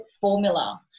formula